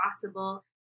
possible